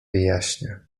wyjaśnia